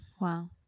Wow